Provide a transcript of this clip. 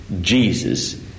Jesus